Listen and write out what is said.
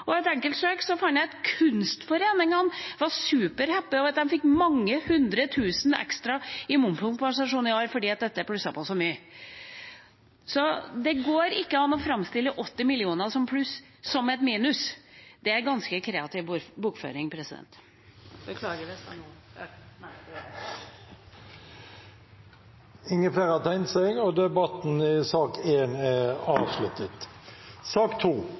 momskompensasjon. Med et enkelt søk fant jeg at kunstforeningene var superhappy over at de fikk mange hundre tusen kroner ekstra i momskompensasjon i år fordi det er plusset på så mye. Det går ikke an å framstille 80 mill. kr i pluss som et minus. Det er ganske kreativ bokføring. Flere har ikke bedt om ordet til sak